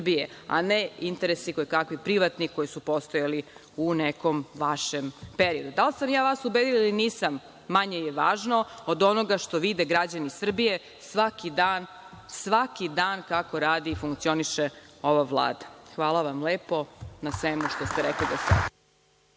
a ne interesi kojekakvi privatni, koji su postojali u nekom vašem periodu. Da li sam ja vas ubedila ili nisam, manje je važno od onoga što vide građani Srbije svaki dan kako radi i funkcioniše ova Vlada. Hvala vam lepo na svemu što ste rekli do sada.